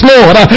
Lord